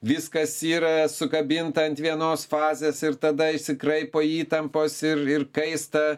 viskas yra sukabinta ant vienos fazės ir tada išsikraipo įtampos ir ir kaista